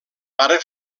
ara